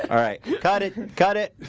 all right, got it got it.